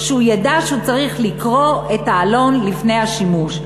שהוא ידע שהוא צריך לקרוא את העלון לפני השימוש.